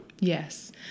Yes